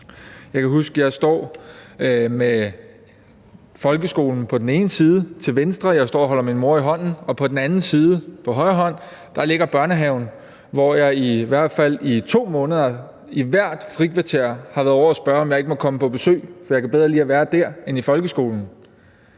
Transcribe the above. min mor i hånden med folkeskolen på den ene side, til venstre for mig, og på den anden side, på højre hånd, ligger børnehaven, hvor jeg i hvert fald i 2 måneder i hvert frikvarter har været ovre at spørge, om jeg ikke måtte komme på besøg, for jeg kunne bedre lide at være der end i folkeskolen.